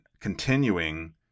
continuing